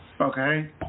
okay